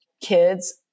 kids